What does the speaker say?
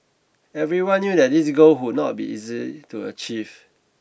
everyone knew that this goal would not be easy to achieve